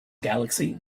galaxy